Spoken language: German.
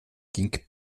ging